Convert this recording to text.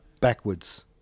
backwards